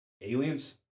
Aliens